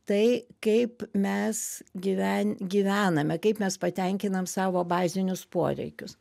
tai kaip mes gyven gyvename kaip mes patenkinam savo bazinius poreikius